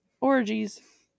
Orgies